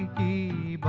a